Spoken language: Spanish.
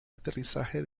aterrizaje